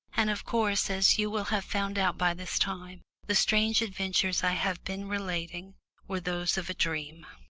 and of course, as you will have found out by this time, the strange adventures i have been relating were those of a dream,